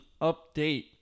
update